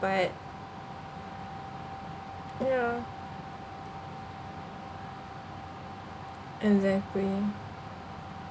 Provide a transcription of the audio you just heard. but ya exactly